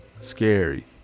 scary